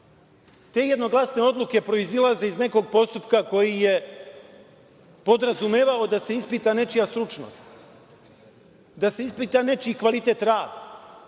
jednoglasne odluke proizilaze iz nekog postupka koji je podrazumevao da se ispita nečija stručnost, da se ispita nečiji kvalitet rada,